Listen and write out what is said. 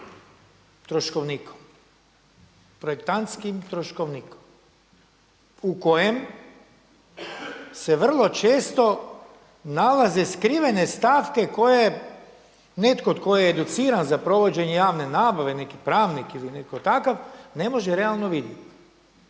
troškovnikom, projektantski troškovnikom u kojem se vrlo često nalaze skrivene stavke koje netko tko je educiran za provođenje javne nabave neki pravnik ili neko takav ne može realno vidjeti.